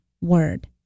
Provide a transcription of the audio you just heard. word